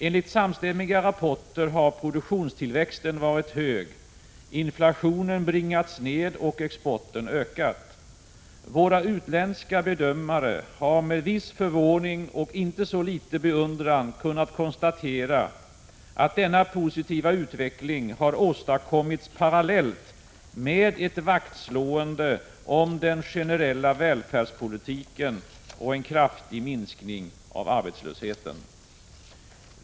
Enligt samstämmiga rapporter har produktionstillväxten varit hög, inflationen bringats ned och exporten ökat. Våra utländska bedömare har med viss förvåning och inte så liten beundran kunnat konstatera att denna positiva utveckling har åstadkommits parallellt med ett vaktslående om den generella välfärdspolitiken och en kraftig minskning av arbetslösheten.